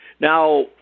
Now